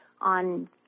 on